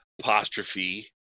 apostrophe